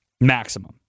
maximum